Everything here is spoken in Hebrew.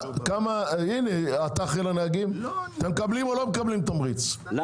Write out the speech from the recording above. אתם מקבלים תמריץ או לא?